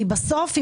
כי בסוף,